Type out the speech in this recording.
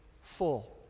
full